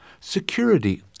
security